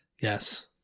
Yes